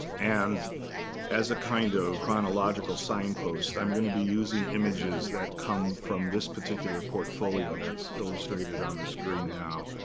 and as a kind of chronological signpost, i'm going to be using images that come from this particular portfolio that's illustrated on the screen now.